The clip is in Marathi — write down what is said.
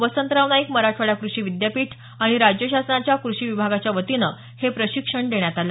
वसंतराव नाईक मराठवाडा क्रषी विद्यापीठ आणि राज्य शासनाच्या कृषी विभागाच्या वतीनं हे प्रशिक्षण देण्यात आलं